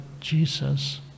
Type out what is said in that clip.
Jesus